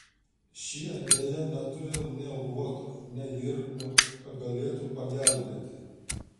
šie deja neturi nei luoto nei irklo kad galėtų pagelbėti